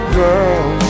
girl